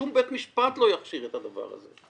שום בית משפט לא יכשיר את הדבר הזה.